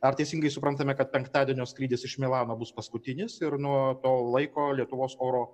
ar teisingai suprantame kad penktadienio skrydis iš milano bus paskutinis ir nuo to laiko lietuvos oro